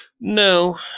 No